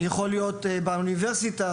באוניברסיטה,